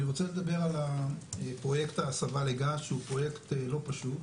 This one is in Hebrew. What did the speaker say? אני רוצה לדבר על פרויקט ההסבה לגז שהוא פרויקט לא פשוט.